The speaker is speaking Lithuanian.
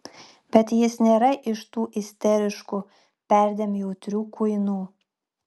bet jis nėra iš tų isteriškų perdėm jautrių kuinų